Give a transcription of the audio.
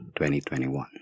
2021